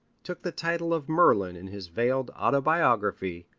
took the title of merlin in his veiled autobiography,